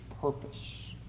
purpose